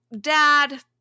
dad